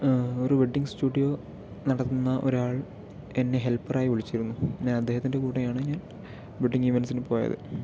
ഒരു wedding studio നടത്തുന്ന ഒരാൾ എന്നെ ഹെൽപ്പറായി വിളിച്ചിരുന്നു ഞാൻ അദ്ദേഹത്തിൻ്റെ കൂടെയാണ് ഞാൻ വെഡിങ് ഇവന്റ്സിന് പോയത്